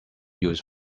used